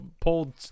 pulled